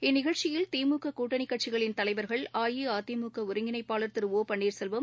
இந்நிகழ்ச்சியில் திமுக கூட்டணிக் கட்சிகளின் தலைவர்கள் அஇஅதிமுக ஒருங்கிணைப்பாளர் திரு ஒ பன்னீர் செல்வம்